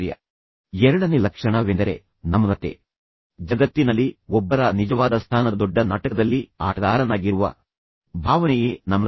ಅವರು ಸೂಚಿಸುವ ಎರಡನೇ ಲಕ್ಷಣವೆಂದರೆ ನಮ್ರತೆ ಜಗತ್ತಿನಲ್ಲಿ ಒಬ್ಬರ ನಿಜವಾದ ಸ್ಥಾನದ ದೊಡ್ಡ ನಾಟಕದಲ್ಲಿ ಆಟಗಾರನಾಗಿರುವ ಭಾವನೆಯೇ ನಮ್ರತೆ